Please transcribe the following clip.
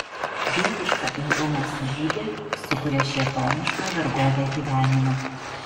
dieviška imlumo savybė sukuria šėtonišką vergovę gyvenime